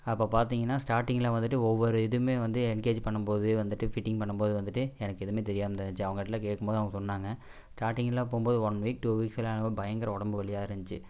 அப்போது பார்த்திங்கன்னா ஸ்டாட்டிங்கில் வந்துவிட்டு ஒவ்வொரு இதுவுமே வந்து என்கேஜ் பண்ணும்போது வந்துவிட்டு ஃபிட்டிங் பண்ணும்போது வந்துவிட்டு எனக்கு எதுவுமே தெரியாமல் தான் இருந்துச்சு அவங்கள்ட்டேலாம் கேட்கும்போது அவங்க சொன்னாங்க ஸ்டாட்டிங்கெல்லாம் போகும்போது ஒன் வீக் டூ வீக்ஸுலாம் ரொம்ப பயங்கர உடம்பு வலியாக இருந்துச்சு